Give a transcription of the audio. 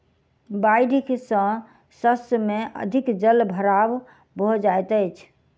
बाइढ़ सॅ शस्य में अधिक जल भराव भ जाइत अछि